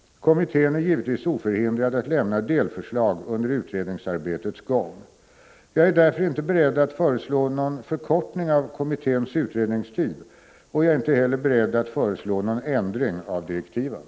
Kommittén är givetvis oförhindrad att lämna delförslag under utredningsarbetets gång. Jag är därför inte beredd att föreslå någon förkortning av kommitténs utredningstid, och jag är inte heller beredd att föreslå någon ändring av direktiven.